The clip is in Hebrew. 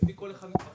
כל הנראות וההיבט